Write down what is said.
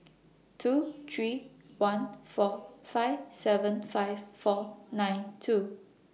two three one four five seven five four nine two